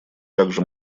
также